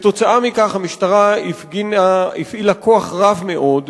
כתוצאה מכך המשטרה הפעילה כוח רב מאוד,